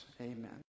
Amen